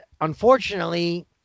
unfortunately